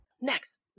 next